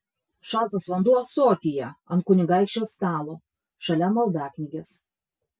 šaltas vanduo ąsotyje ant kunigaikščio stalo šalia maldaknygės